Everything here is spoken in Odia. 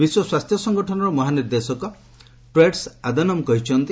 ବିଶ୍ୱ ସ୍ୱାସ୍ଥ୍ୟ ସଂଗଠନର ମହାନିର୍ଦ୍ଦେଶକ ଟେଡ୍ରସ୍ ଆଧାନମ୍ କହିଛନ୍ତି